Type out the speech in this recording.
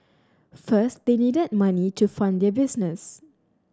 first they needed money to fund their business